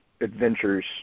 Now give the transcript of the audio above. adventures